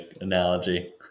analogy